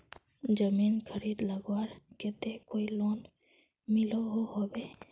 जमीन खरीद लगवार केते कोई लोन मिलोहो होबे?